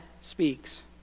speaks